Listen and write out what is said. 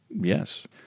yes